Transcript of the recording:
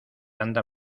anda